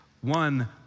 One